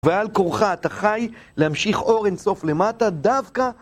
ועל כורחה אתה חי, להמשיך אור אין סוף למטה, דווקא.